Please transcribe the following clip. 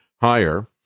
higher